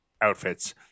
outfits